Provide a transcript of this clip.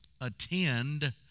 Attend